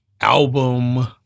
album